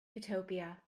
utopia